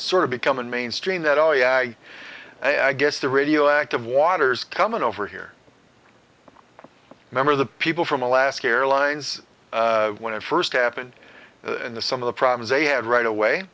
sort of becoming mainstream that oh yeah i guess the radioactive water's coming over here remember the people from alaska airlines when it first happened in the some of the problems they had right away